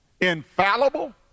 infallible